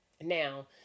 Now